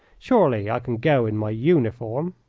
surely i can go in my uniform?